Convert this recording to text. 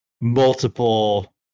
multiple